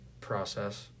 process